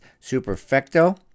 superfecto